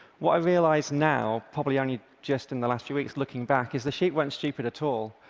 what i realize now, probably only just in the last few weeks looking back, is the sheep weren't stupid at all.